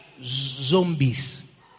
zombies